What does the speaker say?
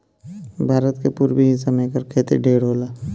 भारत के पुरबी हिस्सा में एकर खेती ढेर होला